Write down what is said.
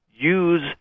use